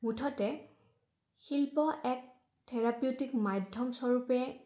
মুঠতে শিল্প এক থেৰাপিউটিক মাধ্যমস্বৰূপে